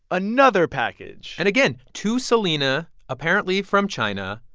another package and again, to celina, apparently from china,